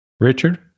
Richard